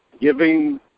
giving